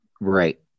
Right